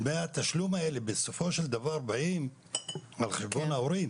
התשלום הזה בסופו של דבר בא על חשבון ההורים.